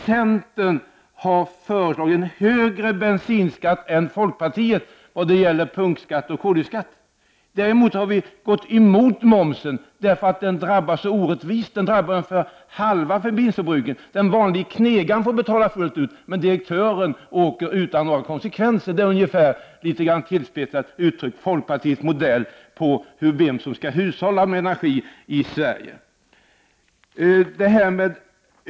Centern har föreslagit en högre bensinskatt än folkpartiet när det gäller punktskatt och koldioxidskatt. Däremot har vi i centern gått emot en momshöjning därför att den drabbar så orättvist. Den drabbar ungefär hälften av bensinförbrukarna. Den vanliga knegaren får betala fullt, men direktören drabbas inte. Det är, litet tillspetsat, folkpartiets modell för vem som skall hushålla med energin i Sverige.